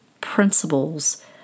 principles